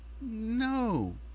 no